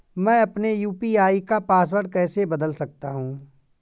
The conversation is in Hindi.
मैं अपने यू.पी.आई का पासवर्ड कैसे बदल सकता हूँ?